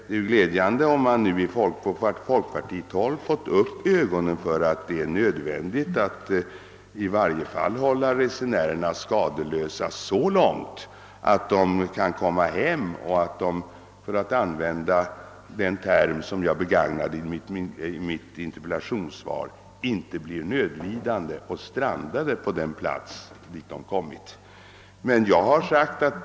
Det är glädjande att man inom folkpartiet nu har fått upp ögonen för att resenärerna åtminstone bör hållas skadeslösa så långt, att de kan ta sig hem och inte bli — såsom det sägs i interpellationssvaret — nödlidande och kanske stranda på den plats där de hamnat.